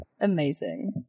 Amazing